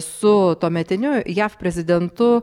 su tuometiniu jav prezidentu